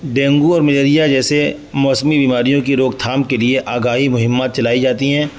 dengue اور malaria جیسے موسمی بیماریوں کی روک تھام کے لیے آگاہی مہمات چلائی جاتی ہیں